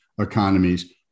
economies